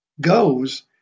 goes